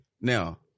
Now